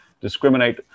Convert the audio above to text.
discriminate